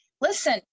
listen